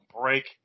break